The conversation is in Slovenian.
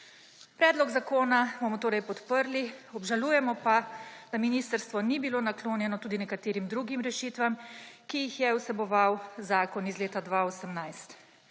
Predlog zakona bomo torej podprli. Obžalujemo pa, da ministrstvo ni bilo naklonjeno tudi nekaterim drugim rešitvam, ki jih je vseboval zakon iz leta 2018.